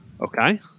Okay